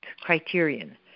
criterion